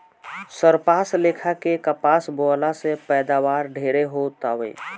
सरपास लेखा के कपास बोअला से पैदावार ढेरे हो तावे